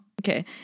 Okay